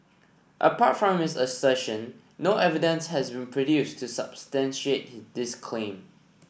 apart from this assertion no evidence has been produced to substantiate this claim